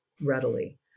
readily